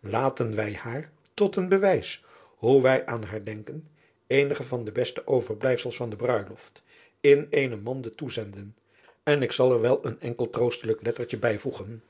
laten wij haar tot een bewijs hoe wij aan haar denken eenige van de beste overblijfsels van de bruiloft in eene mande toezenden en ik zal er wel een enkel troostelijk lettertje bijvoegen